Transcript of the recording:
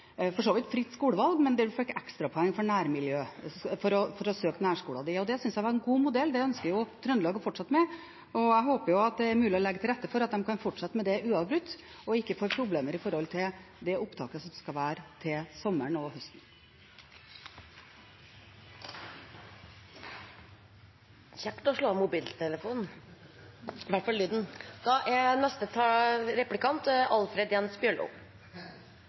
fritt skolevalg, men der en fikk ekstrapoeng for å søke nærskoler. Det synes jeg var en god modell, og det ønsker Trøndelag å fortsette med. Jeg håper det er mulig å legge til rette for at de kan fortsette med det uavbrutt og ikke får problemer med tanke på det opptaket som skal være til sommeren og høsten.